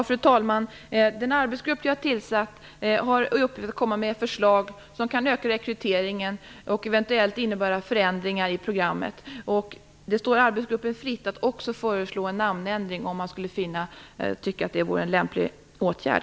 Fru talman! Den arbetsgrupp vi har tillsatt har i uppgift att komma med förslag som kan öka rekryteringen och eventuellt innebära förändringar i programmet. Det står arbetsgruppen fritt att också föreslå en namnändring om man skulle tycka att det vore en lämplig åtgärd.